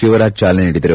ಶಿವರಾಜ್ ಜಾಲನೆ ನೀಡಿದರು